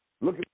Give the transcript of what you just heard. Look